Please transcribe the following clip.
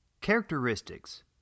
characteristics